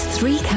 Three